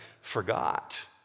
forgot